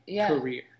career